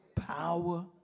Power